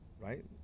right